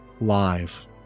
live